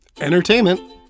entertainment